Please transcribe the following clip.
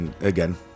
again